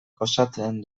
osatzen